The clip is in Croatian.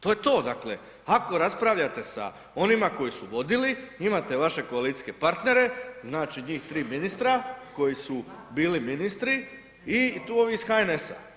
To je to, dakle ako raspravljate sa onima koji su vodili imate vaše koalicijske partnere znači njih tri ministra koji su bili ministri i tu ovi iz HNS-a.